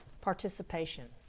participation